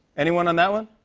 anyone on that one?